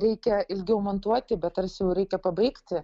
reikia ilgiau montuoti bet tarsi jau reikia pabaigti